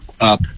up